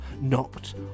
knocked